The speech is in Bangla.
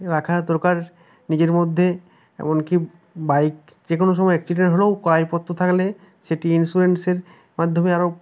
রাখা দরকার নিজের মধ্যে এমন কি বাইক যে কোনো সমায় অ্যাক্সিডেন্ট হলেও কাগজপতত্র থাকলে সেটি ইন্সুরেন্সের মাধ্যমে আরো